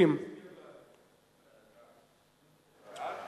ההצעה